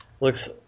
looks